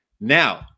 Now